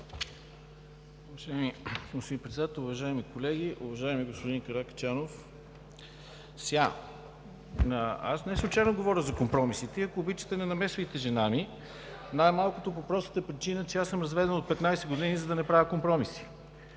Уважаеми господин Председател, уважаеми колеги, уважаеми господин Каракачанов! Аз неслучайно говоря за компромисите и, ако обичате, не намесвайте жена ми, най-малкото по простата причина, че аз съм разведен от 15 години, за да не правя компромиси,